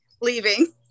leaving